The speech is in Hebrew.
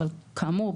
אבל כאמור,